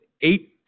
eight